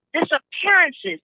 disappearances